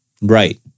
right